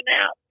out